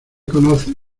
conoces